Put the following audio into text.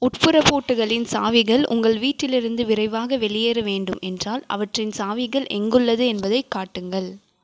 உட்புற பூட்டுகளின் சாவிகள் உங்கள் வீட்டிலிருந்து விரைவாக வெளியேற வேண்டும் என்றால் அவற்றின் சாவிகள் எங்குள்ளது என்பதைக் காட்டுங்கள்